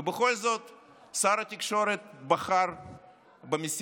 בכל זאת שר התקשורת בחר במשימה.